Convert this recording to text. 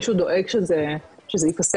מישהו דואג שזה יפסק.